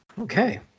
okay